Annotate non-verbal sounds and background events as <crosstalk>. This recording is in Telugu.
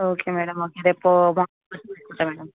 ఓకే మ్యాడమ్ ఓకే రేపు <unintelligible> తీసుకుంటాను మ్యాడమ్